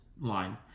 line